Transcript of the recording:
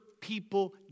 people